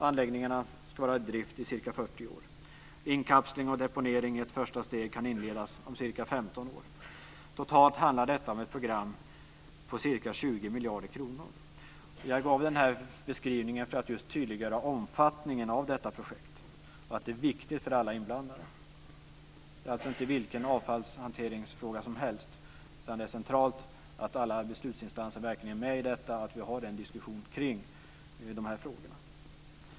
Anläggningarna ska vara i drift i ca 40 år. Inkapsling och deponering i ett första steg kan inledas om ca 15 år. Totalt handlar det om ett program på ca 20 miljarder kronor. Jag ger denna beskrivning för att tydliggöra omfattningen av detta projekt och för att understryka att det är viktigt för alla inblandade. Det är alltså inte vilken avfallshanteringsfråga som helst, utan det är centralt att alla beslutsinstanser verkligen är med i detta och att vi har en diskussion kring dessa frågor.